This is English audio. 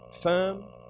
firm